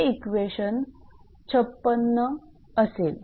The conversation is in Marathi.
हे इक्वेशन 56 असेल